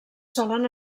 solen